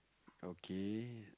okay